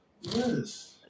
Yes